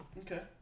Okay